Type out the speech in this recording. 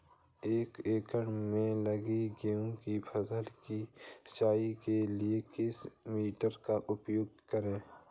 एक एकड़ में लगी गेहूँ की फसल की सिंचाई के लिए किस मोटर का उपयोग करें?